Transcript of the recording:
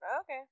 Okay